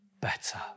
better